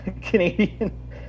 Canadian